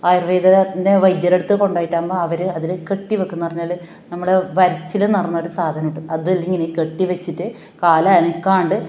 ആയുർവേദത്തിൻ്റെ വൈദ്യരടുത്ത് കൊണ്ട് പോയിട്ടാകുമ്പം അവർ അതിൽ കെട്ടി വെക്ക് എന്ന് പറഞ്ഞാൽ നമ്മുടെ വരച്ചിലെന്നു പറഞ്ഞൊരു സാധനം ഇട്ട് അതിങ്ങനെ കെട്ടി വെച്ചിട്ട് കാലനക്കാണ്ട്